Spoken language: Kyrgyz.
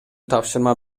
тапшырма